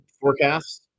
forecast